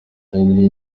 henry